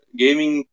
gaming